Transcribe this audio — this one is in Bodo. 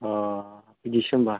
अ' बिदिसो होम्बा